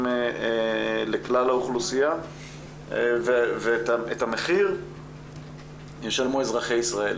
לכלל האוכלוסייה ואת המחיר ישלמו אזרחי ישראל,